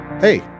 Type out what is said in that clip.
Hey